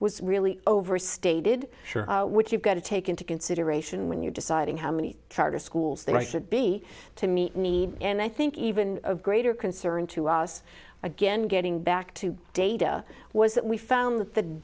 was really overstated which you've got to take into consideration when you're deciding how many charter schools there i should be to meet needs and i think even greater concern to us again getting back to data was that we found th